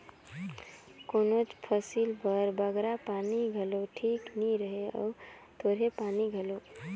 कोनोच फसिल बर बगरा पानी घलो ठीक नी रहें अउ थोरहें पानी घलो